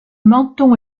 menton